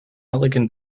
elegant